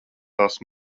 tas